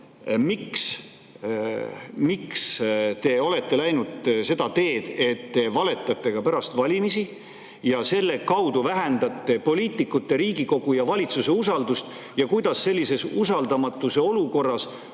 miks te olete läinud seda teed, et te valetate ka pärast valimisi ja selle kaudu vähendate poliitikute, Riigikogu ja valitsuse usaldus[väärsust]? Ja kuidas on sellises usaldamatuse olukorras